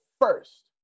first